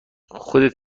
خودت